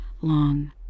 long